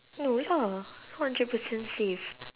no lah one hundred percent safe